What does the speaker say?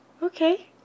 Okay